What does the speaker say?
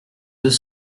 deux